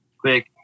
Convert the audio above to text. quick